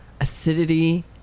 acidity